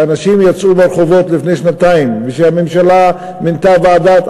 שאנשים יצאו לרחובות לפני שנתיים וכשהממשלה מינתה ועדה,